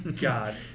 God